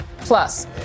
Plus